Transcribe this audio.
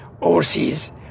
overseas